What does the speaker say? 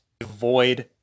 avoid